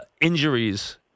injuries